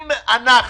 אם אנחנו